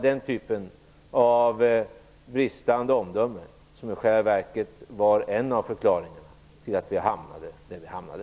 Den typen av bristande omdöme var i själva verket en av förklaringarna till att vi hamnade där vi hamnade.